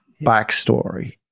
backstory